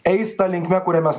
eis ta linkme kuria mes